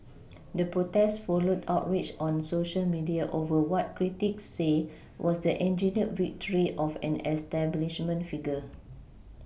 the protest followed outrage on Social media over what critics say was the engineered victory of an establishment figure